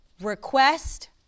request